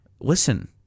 Listen